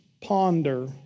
ponder